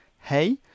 hey